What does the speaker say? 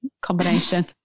combination